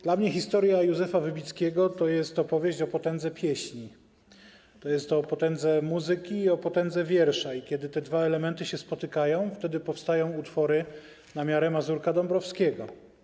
Dla mnie historia Józefa Wybickiego to opowieść o potędze pieśni, to jest o potędze muzyki i potędze wiersza, a kiedy te dwa elementy się spotykają, wtedy powstają utwory na miarę Mazurka Dąbrowskiego.